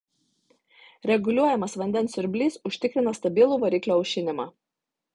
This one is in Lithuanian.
reguliuojamas vandens siurblys užtikrina stabilų variklio aušinimą